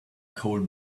coal